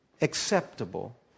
acceptable